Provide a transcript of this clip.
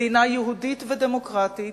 מדינה יהודית ודמוקרטית,